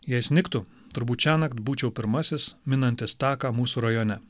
jei snigtų turbūt šiąnakt būčiau pirmasis minantis taką mūsų rajone